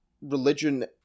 religion